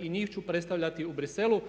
i njih ću predstavljati u Bruxellesu